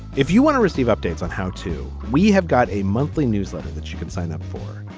if you want to receive updates on how to we have got a monthly newsletter that you can sign up for.